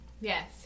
Yes